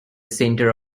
center